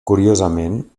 curiosament